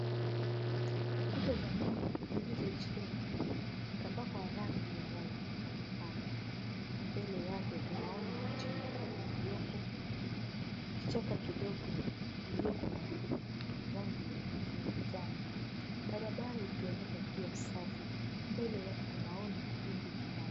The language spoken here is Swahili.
Ukuta za nyumba zilizojengwa zikapakwa rangi ya white kando kando. Mbele yake tunaona mti mkubwa ulioko kichaka kidogo iliyoko na rangi ya kijani. Barabara ikioneka ikiwa safi. Mbele yake tunaona kidwimbi cha maji.